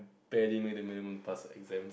barely make to make a mood to pass the exam